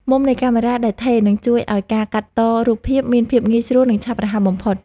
មុំនៃកាមេរ៉ាដែលថេរនឹងជួយឱ្យការកាត់តរូបភាពមានភាពងាយស្រួល និង ឆាប់រហ័សបំផុត។